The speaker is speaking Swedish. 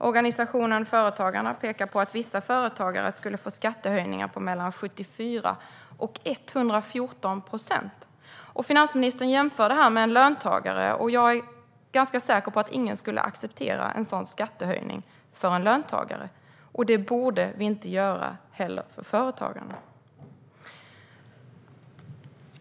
Organisationen Företagarna pekar på att vissa företagare skulle få skattehöjningar på mellan 74 och 114 procent. Finansministern jämför detta med en löntagare. Jag är ganska säker på att ingen skulle acceptera en sådan skattehöjning för en löntagare, och det borde vi inte heller göra för företagarna.